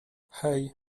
hej